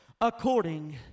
according